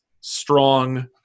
strong